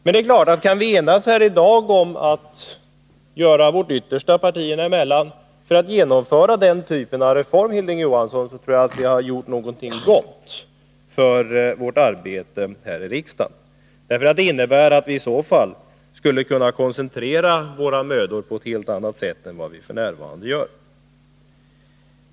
Men kan vi häri dag enas om att göra vårt yttersta partierna emellan för att genomföra den typen av reform, Hilding Johansson, tror jag att vi har gjort någonting gott för vårt arbete här i riksdagen. Det innebär i så fall att vi skulle kunna koncentrera våra mödor på ett helt annat sätt än vi f. n. gör.